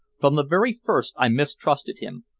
from the very first i mistrusted him,